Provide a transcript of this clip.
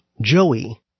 Joey